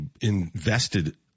invested